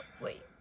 wait